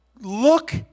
look